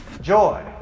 joy